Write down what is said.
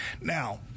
Now